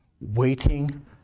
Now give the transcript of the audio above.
waiting